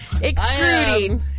Extruding